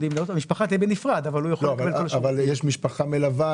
המשפחה תהיה בנפרד אבל הוא יוכל לקבל --- אבל יש משפחה מלווה,